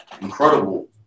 incredible